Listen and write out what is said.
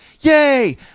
yay